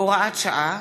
הוראת שעה),